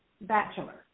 bachelor